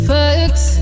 Fucks